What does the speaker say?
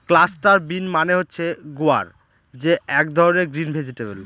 cluster bean মানে হচ্ছে গুয়ার যে এক ধরনের গ্রিন ভেজিটেবল